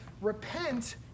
Repent